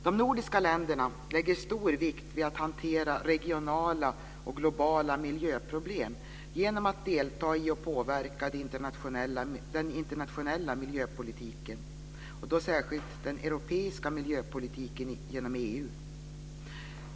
De nordiska länderna lägger stor vikt vid att hantera regionala och globala miljöproblem genom att delta i och påverka den internationella miljöpolitiken och då särskilt den europeiska miljöpolitiken genom EU.